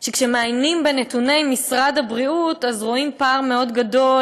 שכאשר מעיינים בנתוני משרד הבריאות רואים פער גדול